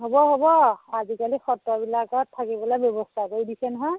হ'ব হ'ব আজিকালি সত্ৰবিলাকত থাকিবলৈ ব্যৱস্থা কৰি দিছে নহয়